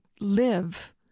live